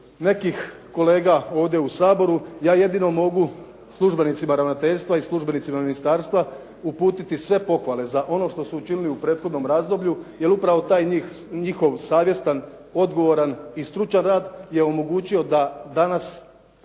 nekih kolega ovdje u Saboru ja jedino mogu službenicima ravnateljstva i službenicima ministarstva uputiti sve pohvale za ono što su učinili u prethodnom razdoblju jer upravo taj njihov savjestan, odgovoran i stručan rad je omogućio da danas